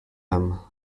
him